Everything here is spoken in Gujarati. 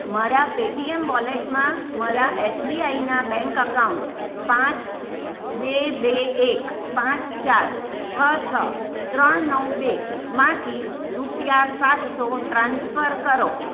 મારા પેટીએમ વોલેટમાં મારા એસબીઆઈના બેંક એકાઉન્ટ પાંચ બે બે એક પાંચ ચાર છ છ ત્રણ નવ બે માંથી રૂપિયા સાતસો ટ્રાન્સફર કરો